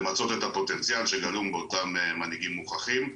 למצות את הפוטנציאל שגלום באותם מנהיגים מוכחים,